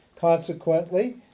Consequently